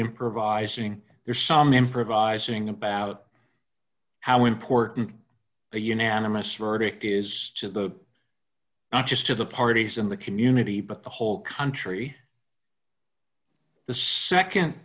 improvising there's some improvising about how important a unanimous verdict is to the not just to the parties in the community but the whole country the